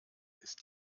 ist